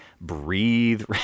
breathe